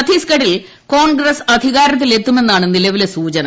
ഛത്തീസ്ഗഡിൽ കോൺഗ്രസ്സ് അധികാരത്തിൽ എത്തുമെന്നാണ് നിലവിലെ സുചന